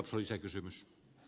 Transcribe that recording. arvoisa puhemies